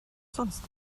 sonst